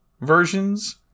versions